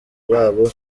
babo